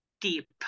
deep